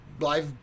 life